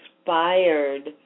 inspired